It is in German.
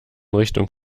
richtung